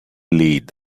lead